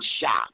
shop